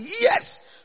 yes